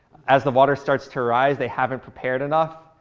as the water starts to rise, they haven't prepared enough.